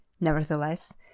Nevertheless